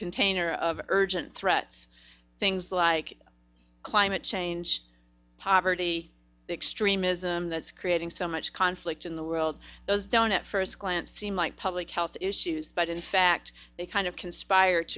container of urgent threat things like climate change poverty extremism that's creating so much conflict in the world those don't at first glance seem like public health issues but in fact they kind of conspire